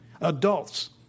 Adults